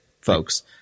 folks